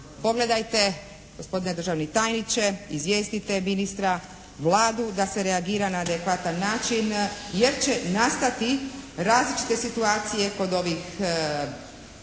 Pogledajte gospodine državni tajniče, izvijestite ministra, Vladu da se reagira na adekvatan način, jer će nastati različite situacije kod ovih